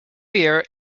year